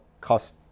cost